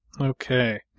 Okay